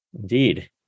indeed